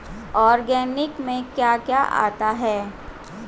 Organic में क्या क्या आता है?